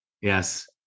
Yes